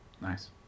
Nice